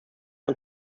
und